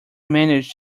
managed